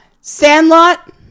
Sandlot